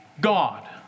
God